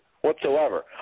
Whatsoever